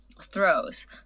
throws